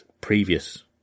previous